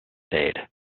stayed